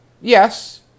Yes